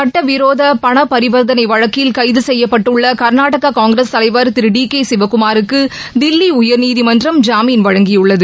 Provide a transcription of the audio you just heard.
சுட்டவிரோத பண பரிவர்த்தனை வழக்கில் கைது செய்யப்பட்டுள்ள கர்நாடக காங்கிரஸ் தலைவர் திரு டி கே சிவக்குமாருக்கு தில்லி உயர்நீதிமன்றம் ஜாமீன் வழங்கியுள்ளது